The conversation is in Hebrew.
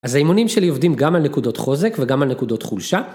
אז האימונים שלי עובדים גם על נקודות חוזק וגם על נקודות חולשה,